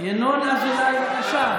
ינון אזולאי, בבקשה.